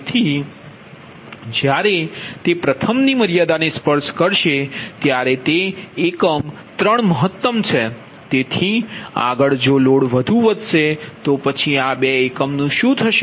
તેથી જ્યારે તે પ્રથમ ની મર્યાદાને સ્પર્શ કરશે ત્યારે તે એકમ ત્રણ મહત્તમ છે તેથી આગળ જો લોડ વધુ વધશે તો પછી આ બે એકમ નુ શું થશે